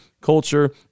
culture